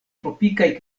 tropikaj